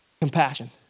compassion